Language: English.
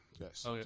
yes